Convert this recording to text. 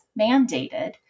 mandated